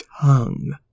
tongue